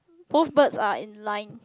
both birds are in line